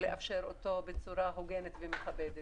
צריך לאפשר אותו בצורה הוגנת ומכבדת.